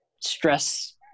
stress-